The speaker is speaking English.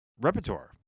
repertoire